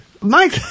Mike